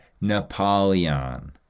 Napoleon